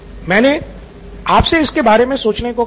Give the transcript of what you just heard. मैंने आपसे इसके बारे में सोचने को कहा था